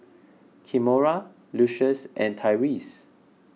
Kimora Lucius and Tyreese